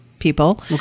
people